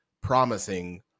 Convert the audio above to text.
promising